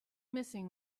missing